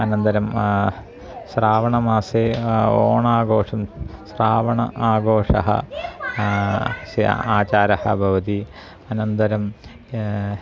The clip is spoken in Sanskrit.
अनन्तरं श्रावणमासे ओणागोषं श्रावण आगोषः अस्य आचारः भवति अनन्तरं